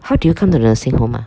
how did you come to nursing home ah